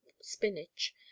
Spinach